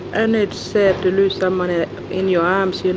and it's sad to lose somebody in your arms, you know,